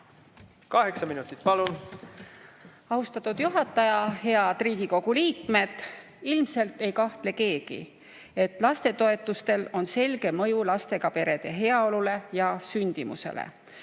Kaheksa minutit, palun!